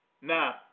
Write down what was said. Now